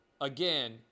Again